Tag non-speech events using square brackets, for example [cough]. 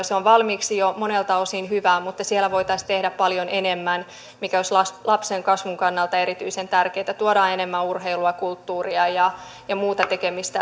[unintelligible] se on valmiiksi jo monelta osin hyvää mutta siellä voitaisiin tehdä paljon enemmän mikä olisi lapsen kasvun kannalta erityisen tärkeätä tuodaan enemmän urheilua kulttuuria ja ja muuta tekemistä [unintelligible]